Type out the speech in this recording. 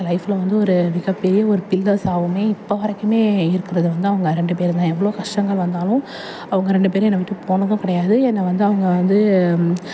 லைஃப்பில் வந்து ஒரு மிகப்பெரிய ஒரு பில்லர்ஸாகவுமே இப்போ வரைக்குமே இருக்குறது வந்து அவங்க ரெண்டு பேரும் தான் எவ்வளோ கஷ்டங்கள் வந்தாலும் அவங்க ரெண்டு பேரும் என்னை விட்டு போனதும் கிடையாது என்ன வந்து அவங்க வந்து